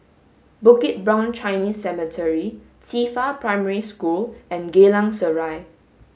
Bukit Brown Chinese Cemetery Qifa Primary School and Geylang Serai